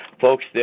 folks